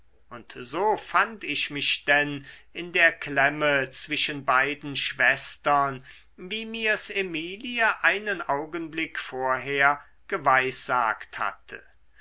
und so fand ich mich denn in der klemme zwischen beiden schwestern wie mir's emilie einen augenblick vorher geweissagt hatte